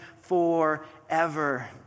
forever